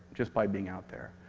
just by being out there.